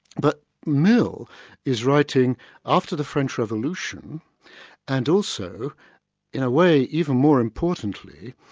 but mill is writing after the french revolution and also in a way even more importantly,